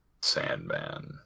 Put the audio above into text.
Sandman